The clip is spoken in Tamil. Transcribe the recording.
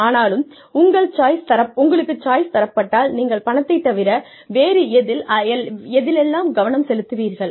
ஆனாலும் உங்களுக்கு சாய்ஸ் தரப்பட்டால் நீங்கள் பணத்தைத் தவிர வேறு எதில் எல்லாம் கவனம் செலுத்துவீர்கள்